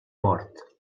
mort